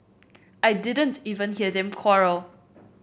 I didn't even hear them quarrel